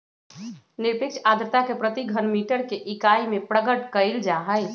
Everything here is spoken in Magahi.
निरपेक्ष आर्द्रता के प्रति घन मीटर के इकाई में प्रकट कइल जाहई